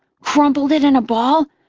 crumpled it in a ball,